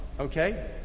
Okay